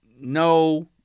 no